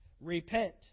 Repent